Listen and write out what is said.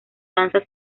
danza